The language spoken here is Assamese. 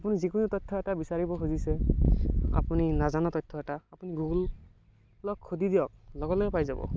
আপুনি যিকোনো তথ্য এটা বিচাৰিব খুজিছে আপুনি নাজানা তথ্য এটা আপুনি গুগ'লক সুধি দিয়ক লগে লগে পাই যাব